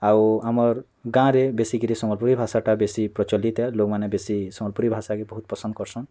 ଆଉ ଆମର୍ ଗାଁରେ ବେଶୀକିରି ସମ୍ବଲପୁରୀ ଭାଷାଟା ବେଶୀ ପ୍ରଚଲିତ୍ ଲୋକ୍ମାନେ ବେଶୀ ସମ୍ବଲପୁରୀ ଭାଷାକେ ବହୁତ୍ ପସନ୍ଦ୍ କରିସନ୍